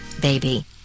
baby